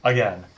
Again